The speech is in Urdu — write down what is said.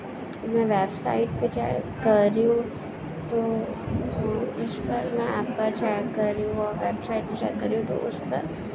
میں ویب سائٹ پہ چیک کر رہی ہوں تو اس پر میں ایپ پر چیک کر رہی ہوں اور ویب سائٹ پہ چیک کر رہی ہوں تو اس پر